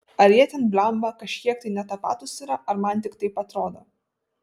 ar jie ten blemba kažkiek tai ne tapatūs yra ar man tik taip atrodo